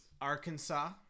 Arkansas